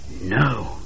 No